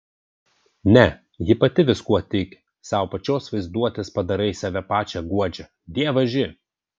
ne ji pati viskuo tiki savo pačios vaizduotės padarais save pačią guodžia dievaži